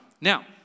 Now